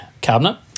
cabinet